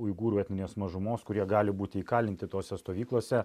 uigūrų etninės mažumos kurie gali būti įkalinti tose stovyklose